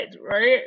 right